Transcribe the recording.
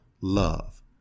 love